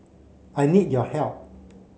I need your help